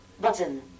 Button